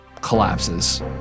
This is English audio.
collapses